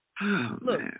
look